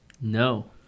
No